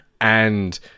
and-